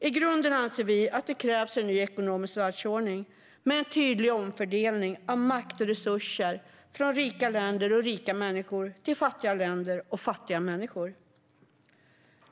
I grunden anser vi att det krävs en ny ekonomisk världsordning med en tydlig omfördelning av makt och resurser från rika länder och rika människor till fattiga länder och fattiga människor.